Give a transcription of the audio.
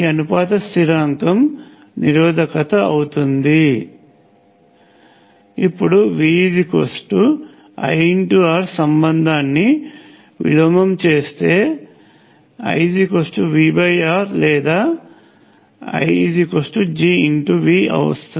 ఈ అనుపాత స్థిరాంకం నిరోధకత అవుతుంది ఇప్పుడు VIR కి సంబంధాన్ని విలోమం చేస్తే IVR లేదా IGV వస్తుంది